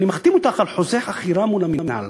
אני מחתים אותך על חוזה חכירה מול המינהל.